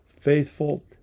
faithful